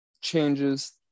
Changes